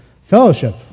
fellowship